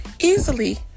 easily